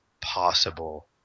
possible